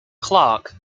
clark